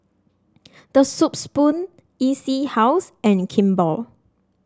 The Soup Spoon E C House and Kimball